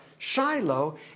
shiloh